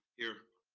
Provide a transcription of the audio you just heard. here.